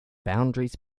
boundaries